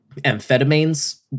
amphetamines